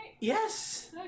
Yes